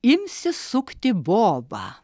imsis sukti bobą